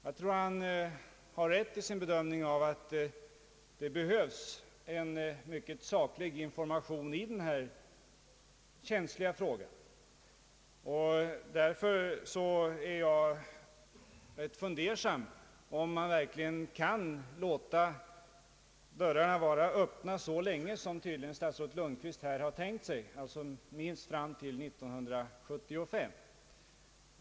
Jag tror att han har rätt i sin bedömning att det behövs en mycket saklig information i denna känsiiga fråga. Därför ställer jag mig ganska undrande till om man verkligen kan låta dörrarna vara öppna så länge som tydligen statsrådet Lundkvist har tänkt sig, alltså minst fram till år 1975.